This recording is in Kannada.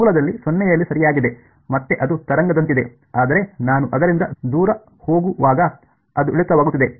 ಮೂಲದಲ್ಲಿ ಸೊನ್ನೆಯಲ್ಲಿ ಸರಿಯಾಗಿದೆ ಮತ್ತೆ ಅದು ತರಂಗದಂತಿದೆ ಆದರೆ ನಾನು ಅದರಿಂದ ದೂರ ಹೋಗುವಾಗ ಅದು ಇಳಿತವಾಗುತ್ತಿದೆ